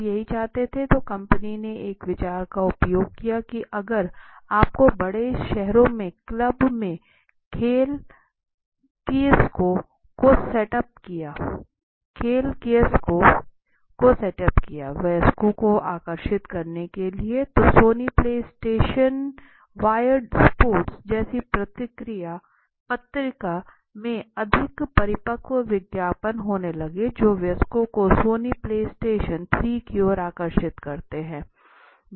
लोग यही चाहते है तो कंपनी ने यह विचार का उपयोग किया की आप को बड़े शहरों में क्लब में खेल कियोस्क को सेट अप किया वयस्कों को आकर्षित करने के लिए तो Sony PlayStation Wired sports जैसी पत्रिका में अधिक परिपक्व विज्ञापन होने लगे जो वयस्कों को सोनी प्लेस्टेशन 3 की ओर आकर्षित करते हैं